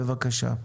בבקשה.